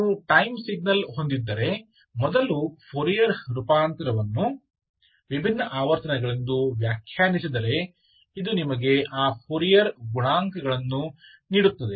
ನೀವು time signal ಹೊಂದಿದ್ದರೆ ಮೊದಲು ಫೋರಿಯರ್ ರೂಪಾಂತರವನ್ನು ವಿಭಿನ್ನ ಆವರ್ತನಗಳೆಂದು ವ್ಯಾಖ್ಯಾನಿಸಿದರೆ ಇದು ನಿಮಗೆ ಆ ಫೋರಿಯರ್ ಗುಣಾಂಕಗಳನ್ನು ನೀಡುತ್ತದೆ